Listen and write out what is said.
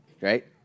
right